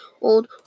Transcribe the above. old